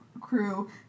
crew